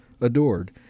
adored